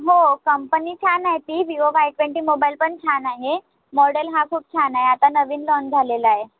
हो कंपनी छान आहे ती विवो वाय ट्वेंटी मोबाईल पण छान आहे मॉडेल हा खूप छान आहे आता नवीन लॉन झालेला आहे